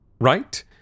Right